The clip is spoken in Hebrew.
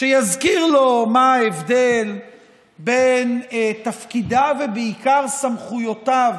שיזכיר לו מה ההבדל בין תפקידיו ובעיקר סמכויותיו